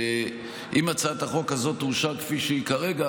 אם הצעת החוק הזאת תאושר כפי שהיא כרגע,